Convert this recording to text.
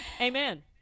Amen